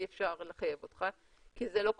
אי אפשר לחייב אותך כי זה לא קורה.